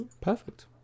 perfect